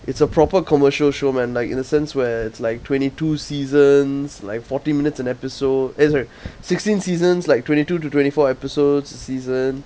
it's a proper commercial show man like in a sense where it's like twenty two seasons like forty minutes an episode eh sorry sixteen seasons like twenty two to twenty four episodes a season